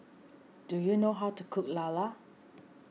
do you know how to cook Lala